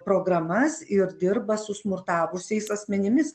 programas ir dirba su smurtavusiais asmenimis